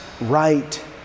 right